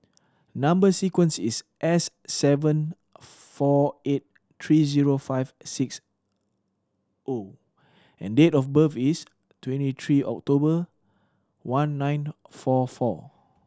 number sequence is S seven four eight three zero five six O and date of birth is twenty three October nineteen four four